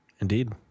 Indeed